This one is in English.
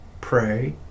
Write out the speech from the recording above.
pray